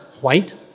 white